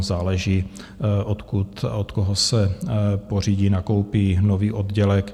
Záleží, odkud a od koho se pořídí, nakoupí nový oddělek.